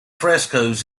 frescoes